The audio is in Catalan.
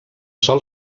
sol